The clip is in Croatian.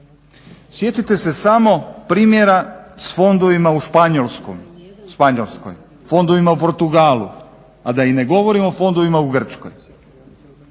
Sjetite se samo primjera sa fondovima u Španjolskoj, fondovima u Portugalu, a da i ne govorimo o fondovima u Grčkoj.